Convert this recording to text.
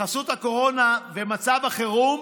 בחסות הקורונה ומצב החירום